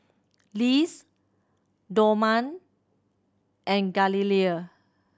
Liz Dorman and Galilea